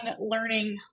learning